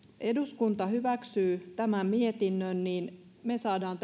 eduskunta hyväksyy tämän mietinnön me saamme